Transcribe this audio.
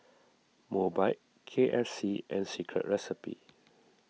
Mobike K F C and Secret Recipe